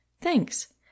Thanks